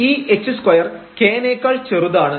ഈ h2 k നേക്കാൾ ചെറുതാണ്